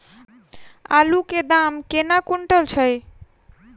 आलु केँ दाम केना कुनटल छैय?